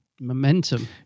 Momentum